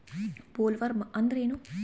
Bollworm ಅಂದ್ರೇನು?